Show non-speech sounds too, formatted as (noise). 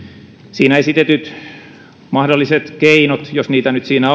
siinä esitetyt mahdolliset keinot jos niitä nyt siinä (unintelligible)